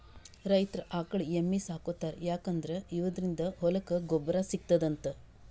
ರೈತರ್ ಆಕಳ್ ಎಮ್ಮಿ ಸಾಕೋತಾರ್ ಯಾಕಂದ್ರ ಇವದ್ರಿನ್ದ ಹೊಲಕ್ಕ್ ಗೊಬ್ಬರ್ ಸಿಗ್ತದಂತ್